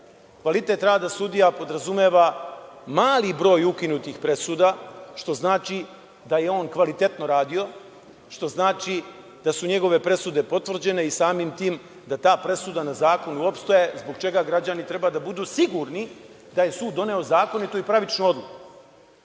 Kvalitet rada sudija podrazumeva mali broj ukinutih presuda, što znači da je on kvalitetno radio, što znači da su njegove presude potvrđene i samim tim da ta presuda na zakon opstaje zbog čega građani treba da budu sigurni da je sud doneo zakonitu i pravičnu